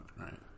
right